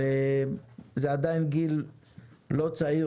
זה עדיין גיל לא צעיר,